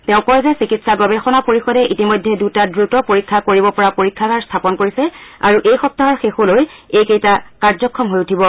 তেওঁ কয় যে চিকিৎসা গৱেষণা পৰিষদে ইতিমধ্যে দুটা দ্ৰত পৰীক্ষা কৰিব পৰা পৰীক্ষাগাৰ স্থাপন কৰিছে আৰু এই সপ্তাহৰ শেষলৈ এইকেইটা কাৰ্যক্ষম হৈ উঠিব